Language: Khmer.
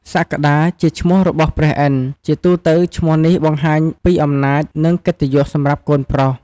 សក្កដា:ជាឈ្មោះរបស់ព្រះឥន្ទ្រ ជាទូទៅ ឈ្មោះនេះបង្ហាញពី អំណាច និងកិត្តិយសសម្រាប់កូនប្រុស។